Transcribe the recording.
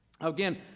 Again